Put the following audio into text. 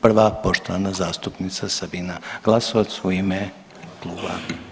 Prva poštovana zastupnica Sabina Glasovac u ime kluba.